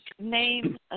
name